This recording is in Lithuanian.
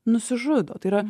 nusižudo tai yra